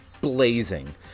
blazing